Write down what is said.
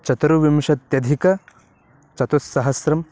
चतुर्विंशत्यधिकचतुस्सहस्रं